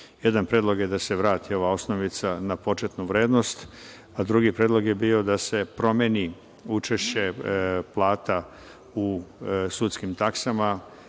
dati. Jedan predlog je da se vrati ova osnovica na početnu vrednost, a drugi predlog je bio da se promeni učešće plata u sudskim taksama.